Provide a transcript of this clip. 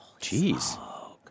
Jeez